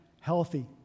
healthy